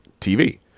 TV